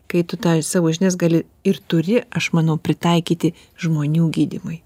kai tu tą savo žinias gali ir turi aš manau pritaikyti žmonių gydymui